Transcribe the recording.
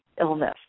illness